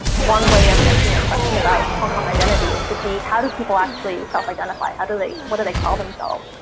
one way of answering your question about hong kong identity is to see how do people actually self identify. how do they, what do they call themselves?